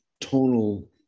tonal